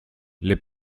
les